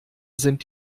sind